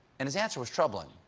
and his answer was troubling.